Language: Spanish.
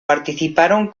participaron